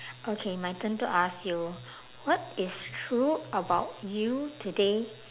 okay my turn to ask you what is true about you today